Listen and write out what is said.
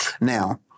Now